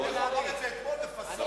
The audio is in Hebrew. איך הוא אמר אתמול בפאסון,